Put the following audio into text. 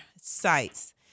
sites